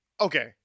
okay